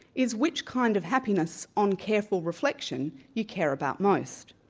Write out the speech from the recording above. is which kind of happiness, on careful reflection, you care about most.